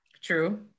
True